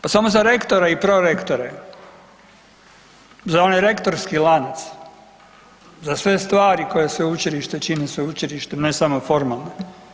Pa samo za rektore i prorektore za onaj rektorski lanac, za sve stvari koje sveučilište čini sveučilištem ne samo formalnim.